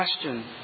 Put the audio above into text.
question